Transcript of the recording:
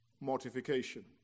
mortification